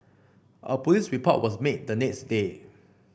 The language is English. a police report was made the next day